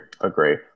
Agree